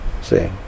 see